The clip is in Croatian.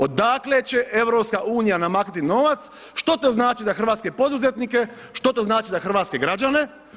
Odakle će EU namaknuti novac, što to znači za hrvatske poduzetnike, što to znači za hrvatske građane?